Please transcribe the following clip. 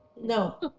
no